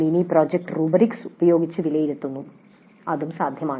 mini project rubrics ഉപയോഗിച്ച് വിലയിരുത്തുന്നു അതും സാധ്യമാണ്